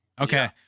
Okay